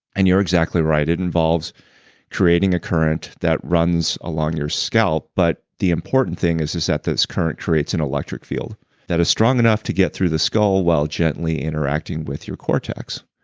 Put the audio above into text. and you're exactly right. it involves creating a current that runs along your scalp, but the important thing is is that this current creates an electric field that is strong enough to get through the skull while gently interacting with your cortex.